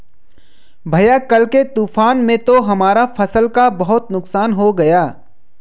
भैया कल के तूफान में तो हमारा फसल का बहुत नुकसान हो गया